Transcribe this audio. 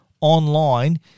online